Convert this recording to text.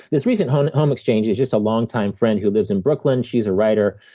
this recent home home exchange is just a long time friend who lives in brooklyn. she's a writer.